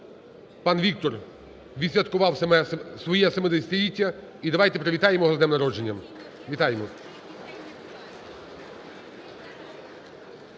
пан Віктор відсвяткував своє 70-річчя. І давайте привітаємо його з днем народження. Вітаємо!